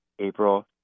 April